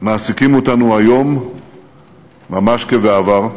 מעסיקים אותנו היום ממש כבעבר.